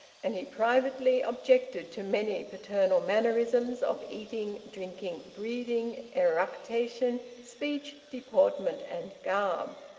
and he privately objected to many paternal mannerisms, of eating drinking, breathing, eructation, speech, deportment, and garb.